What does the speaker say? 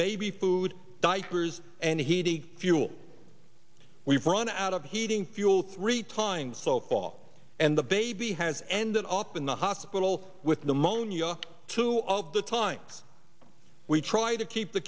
baby food diapers and heating fuel we've run out of heating fuel three times so call and the baby has ended up in the hospital with pneumonia two of the time we try to keep the